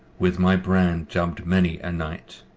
with my brand dubbed many a knight.